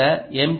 இந்த எம்